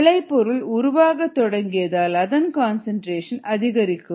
விளைபொருள் உருவாகத் தொடங்கியதால் அதன் கன்சன்ட்ரேஷன் அதிகரிக்கும்